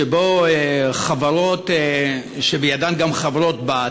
שבו חברות שבידן גם חברות-בנות,